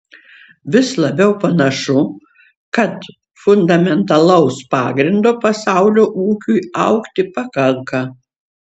vis labiau panašu kad fundamentalaus pagrindo pasaulio ūkiui augti pakanka